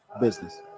business